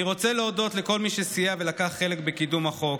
אני רוצה להודות לכל מי שסייע ולקח חלק בקידום החוק: